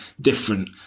different